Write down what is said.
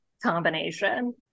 combination